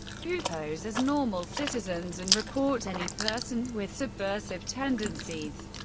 who pose as normal citizens and report any person with subversive tendencies.